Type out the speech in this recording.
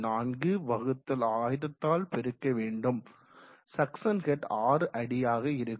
4 1000ஆல் பெருக்க வேண்டும் சக்சன் ஹெட் 6 அடியாக இருக்கும்